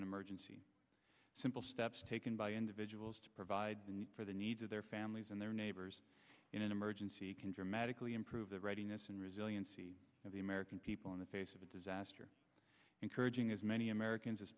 an emergency simple steps taken by individuals to provide for the needs of their families and their neighbors in an emergency can dramatically improve the readiness and resiliency of the american people in the face of a disaster encouraging as many americans as